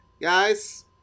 guys